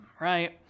right